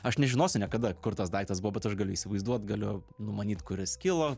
aš nežinosiu niekada kur tas daiktas buvo bet aš galiu įsivaizduot galiu numanyt kur jis kilo